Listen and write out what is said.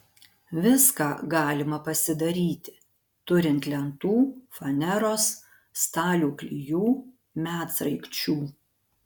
viską galima pasidaryti turint lentų faneros stalių klijų medsraigčių